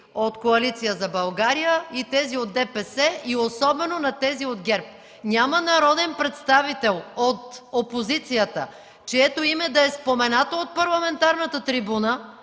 от Коалиция за България, и към тези от ДПС, и особено към тези от ГЕРБ. Няма народен представител от опозицията, чието име да е споменато от парламентарната трибуна